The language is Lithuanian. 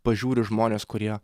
pažiūriu į žmones kurie